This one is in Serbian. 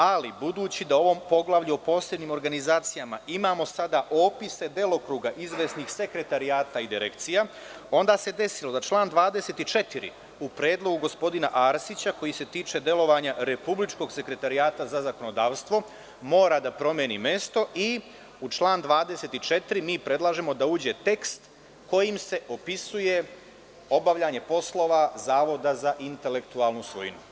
Ali, budući da u ovom poglavlju o posebnim organizacijama imamo sada opise delokruga izvesnih sekretarijata i direkcija, onda se desilo da član 24. u Predlogu gospodina Arsića, koji se tiče delovanja Republičkog sekretarijata za zakonodavstvo, mora da promeni mesto i u članu 24. mi predlažemo da uđe tekst kojim se opisuje obavljanje poslova Zavoda za intelektualnu svojinu.